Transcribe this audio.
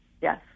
Yes